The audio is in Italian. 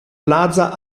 plaza